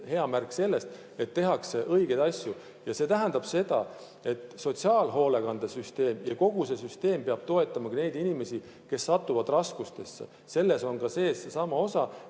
hea märk, et tehakse õigeid asju. Ja see tähendab seda, et sotsiaalhoolekande süsteem, kogu see süsteem peab toetama inimesi, kes satuvad raskustesse. Selles on sees seesama osa,